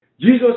jesus